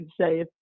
say